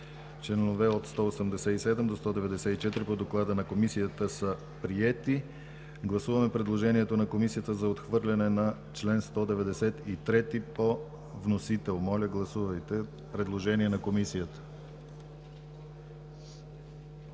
Членове от 187 до 194 по доклада на Комисията са приети. Гласуваме предложението на Комисията за отхвърляне на чл. 193 по вносител. Гласуваме предложение на Комисията.